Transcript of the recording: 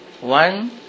one